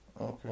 Okay